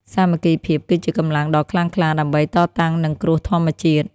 សាមគ្គីភាពគឺជាកម្លាំងដ៏ខ្លាំងក្លាដើម្បីតតាំងនឹងគ្រោះធម្មជាតិ។